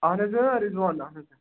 اَہَن حظ رِزوان اَہَن حظ